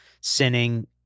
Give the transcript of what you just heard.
sinning